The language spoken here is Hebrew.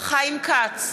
חיים כץ,